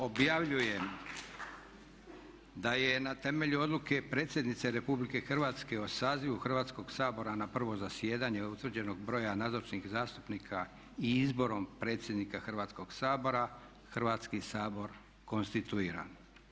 Objavljujem da je na temelju odluke predsjednice Republike Hrvatske o sazivu Hrvatskoga sabora na prvo zasjedanje utvrđenog broja nazočnih zastupnika i izborom predsjednika Hrvatskoga sabora Hrvatski sabor konstituiran.